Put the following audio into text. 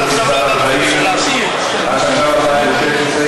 אנחנו עוברים להצעת חוק הרשות השנייה לטלוויזיה ורדיו (תיקון מס' 40),